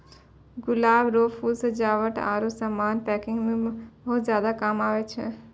गुलाब रो फूल सजावट आरु समान पैकिंग मे बहुत ज्यादा काम आबै छै